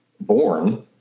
born